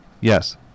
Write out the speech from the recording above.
Yes